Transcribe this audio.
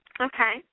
Okay